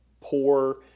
poor